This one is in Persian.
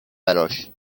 براش